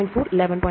4 11